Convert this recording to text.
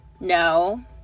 No